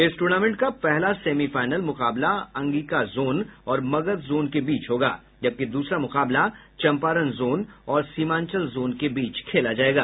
इस टूर्नामेंट का पहला सेमीफाईनल मुकाबला अंगिका जोन और मगध जोन के बीच होगा जबकि दूसरा मुकाबला चम्पारण जोन और सीमांचल जोन के बीच खेला जायेगा